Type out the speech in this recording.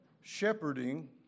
shepherding